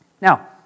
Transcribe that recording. Now